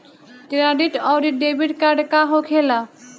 Credit आउरी debit card का होखेला?